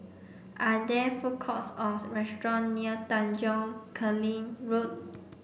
are there food courts or restaurant near Tanjong Kling Road